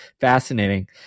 fascinating